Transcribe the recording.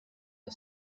the